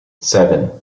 seven